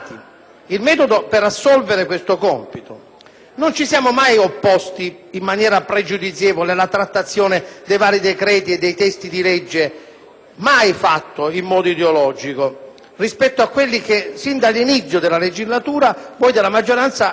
senza una riflessione ed un confronto approfondito. Quello che contestiamo è l'utilità e l'efficacia di buona parte dei provvedimenti che vi accingete ancora una volta a varare, forti solo della preponderanza numerica, senza confronto e riflessione,